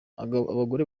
abagore